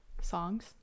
songs